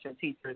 teachers